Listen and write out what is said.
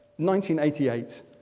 1988